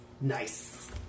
Nice